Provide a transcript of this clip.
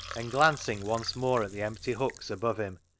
and glancing once more at the empty hooks above him,